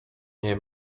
nie